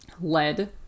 lead